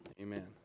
Amen